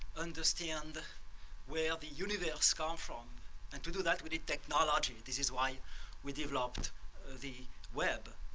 understand where the universe come from and to do that we need technology. this is why we developed the web.